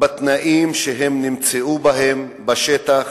בתנאים שהם נמצאים בהם בשטח.